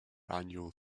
annual